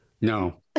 No